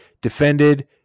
defended